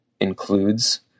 includes